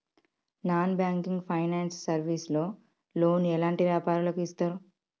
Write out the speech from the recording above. Non banking finance service లో loan ఎలాంటి వ్యాపారులకు ఇస్తరు?